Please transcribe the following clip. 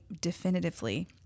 definitively